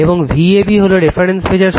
এবং Vab হল reference voltage